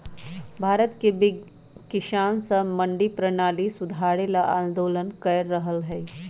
भारत के किसान स मंडी परणाली सुधारे ल आंदोलन कर रहल हए